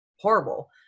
horrible